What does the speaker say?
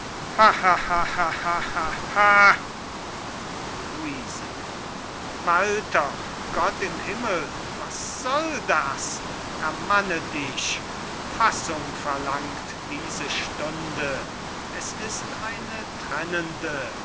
luise walter gott im himmel was soll das ermanne dich fassung verlangt diese stunde es ist eine trennende